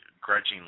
Grudgingly